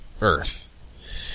earth